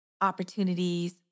opportunities